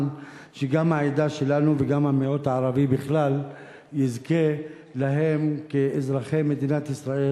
שגם העדה שלנו וגם המיעוט הערבי בכלל יזכו להן כאזרחי מדינת ישראל.